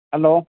hello